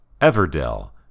Everdell